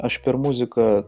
aš per muziką